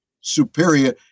superior